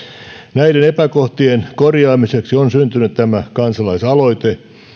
näiden epäkohtien korjaamiseksi on syntynyt tämä kansalaisaloite